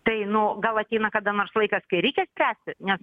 tai nu gal ateina kada nors laikas kai reikia spręsti nes